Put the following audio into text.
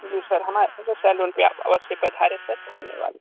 जी sir हमारे salon पर आप अवश्य पधारें सर धन्यवाद